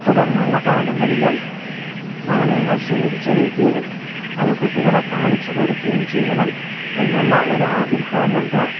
തുടർന്നുള്ള കാലങ്ങളിലും നാണയങ്ങൾ ശേഖരിച്ച് വെയ്ക്കയും അത് കുട്ടികളെ കാണിച്ചു കൊടുക്കേയും ചെയ്യണം എന്നുള്ള ഒരു ആഗ്രഹവും ഉണ്ട്